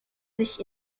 sich